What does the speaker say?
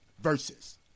Versus